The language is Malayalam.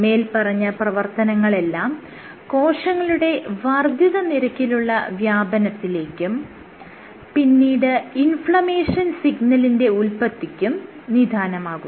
മേല്പറഞ്ഞ പ്രവർത്തനങ്ങളെല്ലാം കോശങ്ങളുടെ വർദ്ധിത നിരക്കിലുള്ള വ്യാപനത്തിലേക്കും പിന്നീട് ഇൻഫ്ലമേഷൻ സിഗ്നലിന്റെ ഉല്പത്തിക്കും നിദാനമാകുന്നു